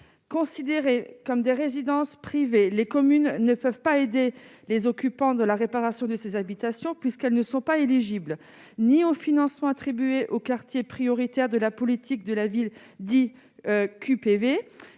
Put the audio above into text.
considérés comme des résidences privées les communes ne peuvent pas aider les occupants de la réparation de ces habitations puisqu'elles ne sont pas éligibles ni en financement attribués aux quartiers prioritaires de la politique de la ville, dits QPV,